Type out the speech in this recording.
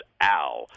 Al